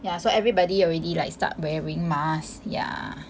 ya so everybody already like start wearing mask yeah